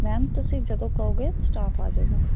ma'am ਤੁਸੀਂ ਜਦੋਂ ਕਹੋਗੇ ਸਟਾਫ ਆ ਜਾਏਗਾ